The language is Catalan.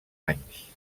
anys